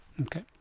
Okay